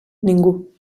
ningú